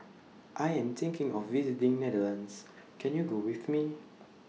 I Am thinking of visiting Netherlands Can YOU Go with Me